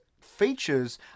features